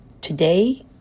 today